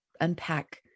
unpack